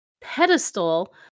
pedestal